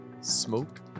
smoke